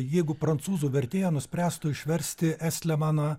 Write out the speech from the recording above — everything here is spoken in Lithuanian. jeigu prancūzų vertėja nuspręstų išversti estlemaną